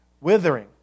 withering